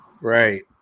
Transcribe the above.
right